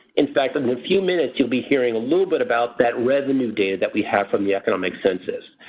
in fact and in a few minutes you'll be hearing a little bit about that revenue data that we have from yeah economic census.